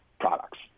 products